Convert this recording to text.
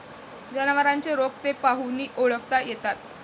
जनावरांचे रोग ते पाहूनही ओळखता येतात